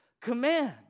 command